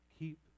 Keep